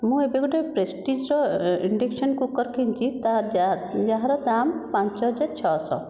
ମୁଁ ଏବେ ଗୋଟିଏ ପ୍ରେଷ୍ଟିଜ୍ର ଇଣ୍ଡକ୍ସନ କୁକର୍ କିଣିଛି ତା' ଯାହାର ଦାମ୍ ପାଞ୍ଚ ହଜାର ଛଅ ଶହ